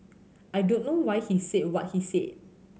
I don't know why he said what he said